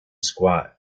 squat